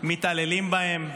מתעללים בהם,